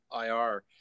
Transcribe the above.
IR